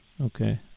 Okay